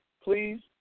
Please